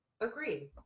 Agreed